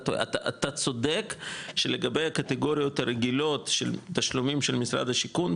אתה צודק שלגבי הקטגוריות הרגילות של תשלומים של משרד השיכון,